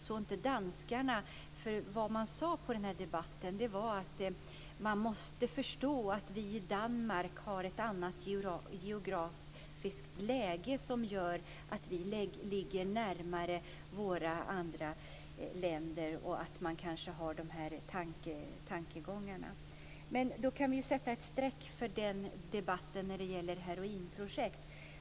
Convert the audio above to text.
Vad danskarna sade i den här debatten var nämligen att man måste förstå att Danmark har ett annat geografiskt läge och kanske därför har de här tankegångarna. Då kan vi sätta streck för debatten om heroinprojekt.